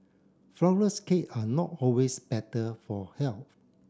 flourless cake are not always better for health